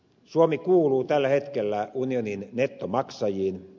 suomi kuuluu tällä hetkellä unionin nettomaksajiin